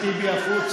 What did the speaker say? הגון.